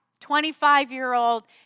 25-year-old